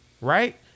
Right